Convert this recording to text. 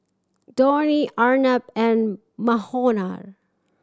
Dhoni Arnab and Manohar